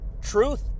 truth